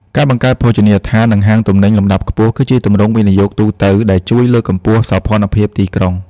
ការបង្កើតភោជនីយដ្ឋាន និងហាងទំនិញលំដាប់ខ្ពស់ គឺជាទម្រង់វិនិយោគទូទៅដែលជួយលើកកម្ពស់សោភ័ណភាពទីក្រុង។